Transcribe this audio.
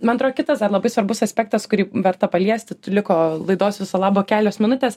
man atro kitas dar labai svarbus aspektas kurį verta paliesti liko laidos viso labo kelios minutės